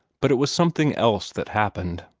but it was something else that happened.